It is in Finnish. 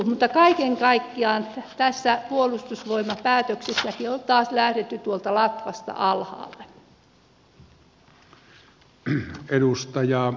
mutta kaiken kaikkiaan tässä puolustusvoimapäätöksessäkin on taas lähdetty tuolta latvasta alhaalle